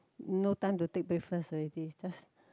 no time to take breakfast already just